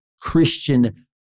Christian